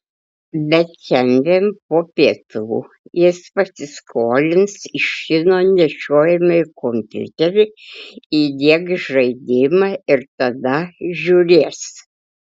bet šiandien po pietų jis pasiskolins iš fino nešiojamąjį kompiuterį įdiegs žaidimą ir tada žiūrės